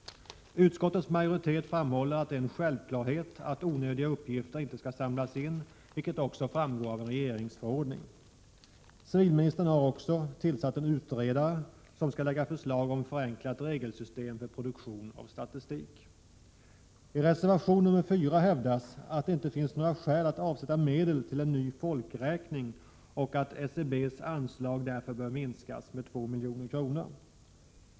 Utskottets majoritet framhåller att det är en självklarhet att onödiga uppgifter inte skall samlas in, vilket även framgår av en regeringsförordning. Civilministern har också tillsatt en utredare som skall lägga förslag om förenklat regelsystem för produktion av statistik. I reservation nr 4 hävdas att det inte finns några skäl att avsätta medel till en ny folkräkning och att SCB:s anslag därför bör minskas med 2 milj.kr.